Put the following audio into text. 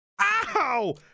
Ow